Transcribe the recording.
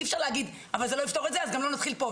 אי אפשר להגיד אבל זה לא יפתור את זה אז גם לא נתחיל פה,